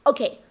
Okay